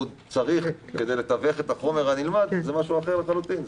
צריך כדי לתווך את החומר הנלמד זה משהו אחר לחלוטין.